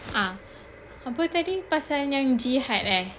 ah apa tadi pasal yang jihad eh